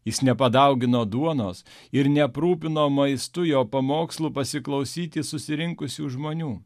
jis nepadaugino duonos ir neaprūpino maistu jo pamokslų pasiklausyti susirinkusių žmonių